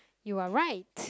you are right